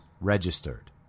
registered